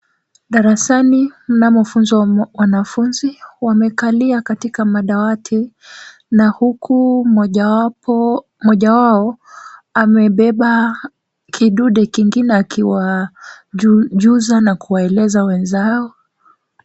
Darasani mna wanafunzi . Wamekalia katika madawati na huku mmoja wao amebeba kidude kingine akiwajuza na kuwaeleza wenzao.